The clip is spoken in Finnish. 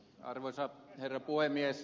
arvoisa herra puhemies